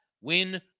win